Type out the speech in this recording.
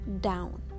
down